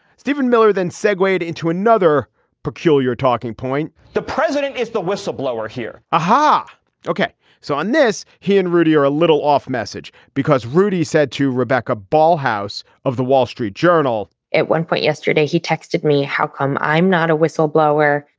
steven miller then segway into another peculiar talking point. the president is the whistleblower here. ah huh. ok so on this he and rudy are a little off message because rudy said to rebecca ball house of the wall street journal. at one point yesterday he texted me how come i'm not a whistleblower.